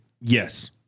yes